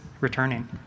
returning